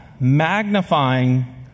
magnifying